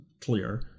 clear